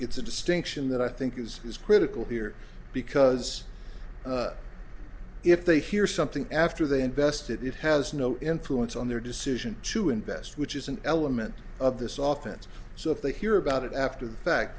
it's a distinction that i think is is critical here because if they hear something after they invest it it has no influence on their decision to invest which is an element of this often so if they hear about it after the fact